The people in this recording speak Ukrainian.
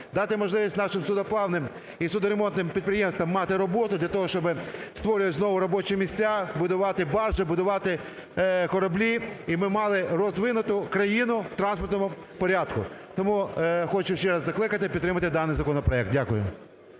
дати можливість нашим судноплавним і судноремонтним підприємствам мати роботу для того, щоби створювати знову робочі місця, будувати баржі, будувати кораблі, і ми мали розвинуту країну в транспортному порядку. Тому хочу ще раз закликати підтримати даний законопроект. Дякую.